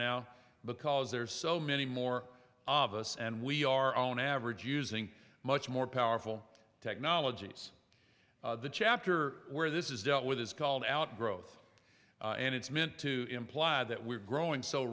now because there's so many more of us and we our own average using much more powerful technologies the chapter where this is dealt with is called out growth and it's meant to imply that we're growing so